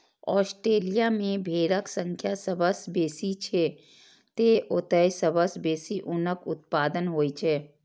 Australia मे भेड़क संख्या सबसं बेसी छै, तें ओतय सबसं बेसी ऊनक उत्पादन होइ छै